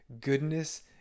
goodness